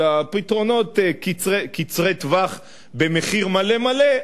אלא פתרונות קצרי טווח במחיר מלא-מלא,